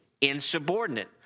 insubordinate